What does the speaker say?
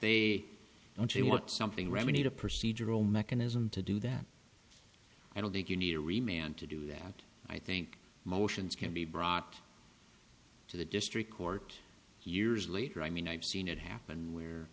they want to want something remedied a procedural mechanism to do that i don't think you need to remain on to do that and i think motions can be brought to the district court years later i mean i've seen it happen where